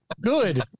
Good